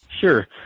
Sure